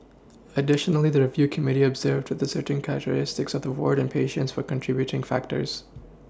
additionally the review committee observed to the certain characteristics of the ward and patients were contributing factors